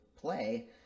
play